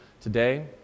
today